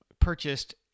purchased